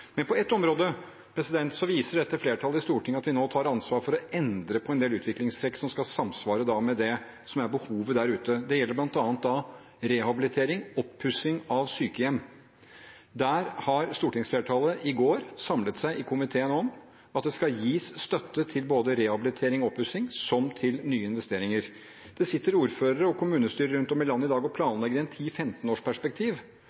Men på ett område viser dette flertallet i Stortinget at vi nå tar ansvar for å endre på en del utviklingstrekk, som skal samsvare med det som er behovet der ute. Det gjelder bl.a. rehabilitering og oppussing av sykehjem. Der har stortingsflertallet – i går – samlet seg i komiteen om at det skal gis støtte til både rehabilitering og oppussing, som til nye investeringer. Det sitter ordførere og kommunestyrer rundt om i landet i dag